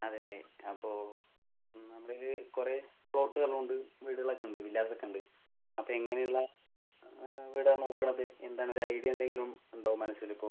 അതെ അല്ലേ അപ്പോൾ നമ്മുടെ കയ്യിൽ കുറേ പ്ലോട്ടുകളും ഉണ്ട് വീടുകൾ ഒക്കെ ഉണ്ട് വില്ലാസ് ഒക്കെ ഉണ്ട് അപ്പം എങ്ങനെ ഉള്ള വീടാണ് നോക്കുന്നത് എന്താണ് ഒരു ഐഡിയ എന്തെങ്കിലും ഉണ്ടോ മനസ്സിൽ ഇപ്പോൾ